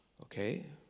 okay